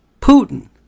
Putin